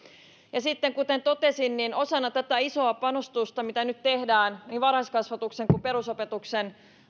arvoon kuten totesin osana tätä isoa panostusta mitä nyt tehdään niin varhaiskasvatuksen kuin perusopetuksen